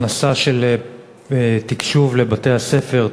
הכנסת תקשוב לבתי-הספר,